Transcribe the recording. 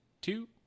two